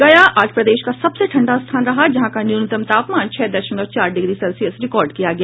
गया आज प्रदेश का सबसे ठंडा स्थान रहा जहां का न्यूनतम तापमान छह दशमलव चार डिग्री सेल्सियस रिकॉर्ड किया गया